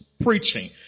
preaching